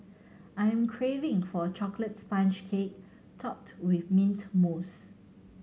I'm craving for a chocolate sponge cake topped with mint mousse